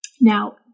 Now